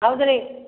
ಹೌದು ರೀ